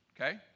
okay